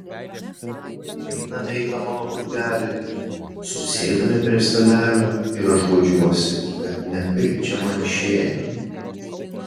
nueiname į tą mano urvelį susėdame prie stalelio ir aš guodžiuosi kad ne kaip čia man išėjo